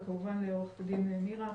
וכמובן לעורכת הדין נירה,